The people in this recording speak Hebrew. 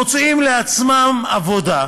מוצאים לעצמם עבודה,